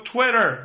Twitter